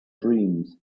dreams